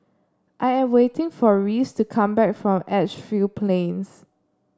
I am waiting for Reese to come back from Edgefield Plains